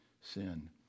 sin